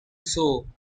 sow